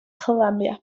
columbia